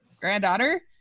granddaughter